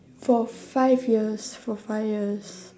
for five years for five years